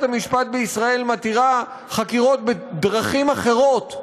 המשפט בישראל מתירה חקירות בדרכים אחרות,